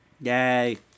Yay